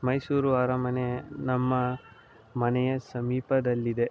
ಮೈಸೂರು ಅರಮನೆ ನಮ್ಮ ಮನೆಯ ಸಮೀಪದಲ್ಲಿದೆ